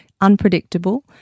unpredictable